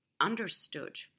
understood